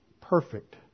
perfect